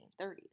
1930s